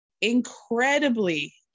incredibly